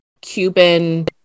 Cuban